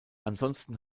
ansonsten